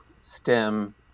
STEM